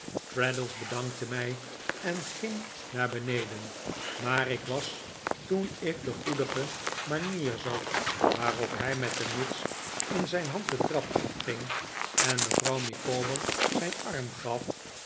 traddles bedankte mij en ging naar beneden maar ik was toen ik de goedige manier zag waarop hij met de muts in zijn hand de trap afging en mevrouw micawber zijn arm gaf